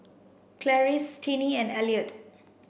Clarice Tinie and Elliott